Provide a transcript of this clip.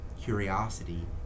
curiosity